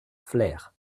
flers